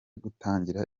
gutangira